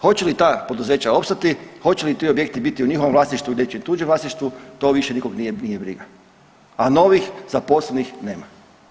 Hoće li ta poduzeća opstati, hoće li ti objekti biti u njihovom vlasništvu ili nečijem tuđem vlasništvu to više nikog nije briga, a novih zaposlenih nema.